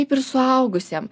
kaip ir suaugusiem